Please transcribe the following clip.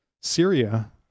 Syria